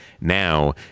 Now